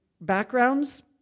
backgrounds